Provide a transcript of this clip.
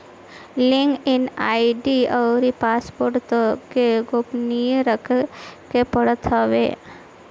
log in ID अउरी password तोहके गोपनीय रखे के पड़त हवे